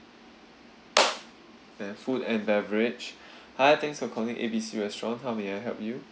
then food and beverage hi thanks for calling A B C restaurants how may I help you